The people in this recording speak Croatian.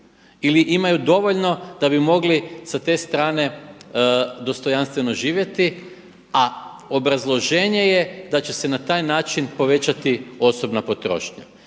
ili imaju dovoljno da bi mogli sa te strane dostojanstveno živjeti, a obrazloženje je da će se na taj način povećati osobna potrošnja.